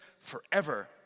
forever